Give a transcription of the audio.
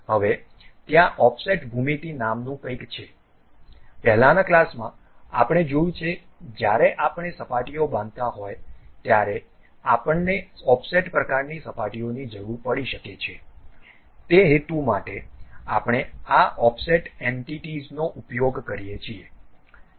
હવે ત્યાં ઓફસેટ ભૂમિતિ નામનું કંઈક છે પહેલાનાં ક્લાસોમાં આપણે જોયું છે જ્યારે આપણે સપાટીઓ બાંધતા હોય ત્યારે આપણને ઓફસેટ પ્રકારની સપાટીઓની જરૂર પડી શકે છે તે હેતુ માટે આપણે આ ઓફસેટ એન્ટિટીઝનો ઉપયોગ કરીએ છીએ